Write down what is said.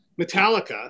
Metallica